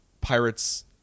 Pirates